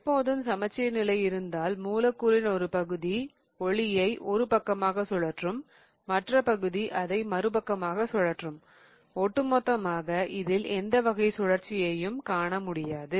எப்பொழுதும் சமச்சீர் நிலை இருந்தால் மூலக்கூறின் ஒரு பகுதி ஒளியை ஒரு பக்கமாகச் சுழற்றும் மற்ற பகுதி அதை மறுபக்கமாகச் சுழற்றும் ஒட்டுமொத்தமாக இதில் எந்த வகை சுழற்சியையும் காணமுடியாது